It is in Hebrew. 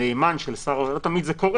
נאמן של שר האוצר זה לא תמיד קורה.